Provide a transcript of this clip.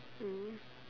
mm